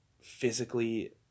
physically